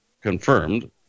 confirmed